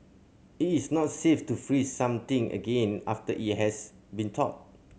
it is not safe to freeze something again after it has been thawed